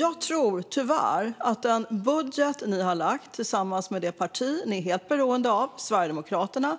Jag tror tyvärr att med den budget ni har lagt fram tillsammans med det parti som ni är helt beroende av, Sverigedemokraterna,